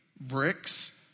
Bricks